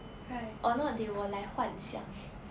right or not they will like 幻想